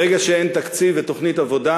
ברגע שאין תקציב ותוכנית עבודה,